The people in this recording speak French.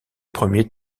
premiers